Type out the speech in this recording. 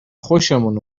خوشمون